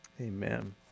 Amen